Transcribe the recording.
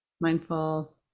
mindful